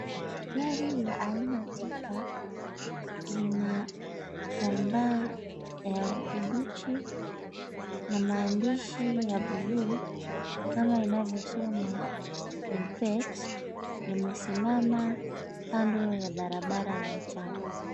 Gari la aina tifa lina kitambaa ya kimbichi na maandishi ya buluu kama inavyosoma, "SIMPET" limesimama kando ya barabara ya mchanga.